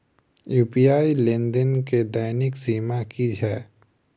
UPI लेनदेन केँ दैनिक सीमा की है?